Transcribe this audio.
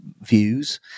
views